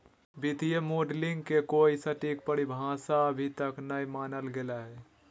वित्तीय मॉडलिंग के कोई सटीक परिभाषा अभी तक नय मानल गेले हें